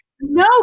No